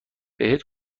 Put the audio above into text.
بهت